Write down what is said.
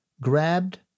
grabbed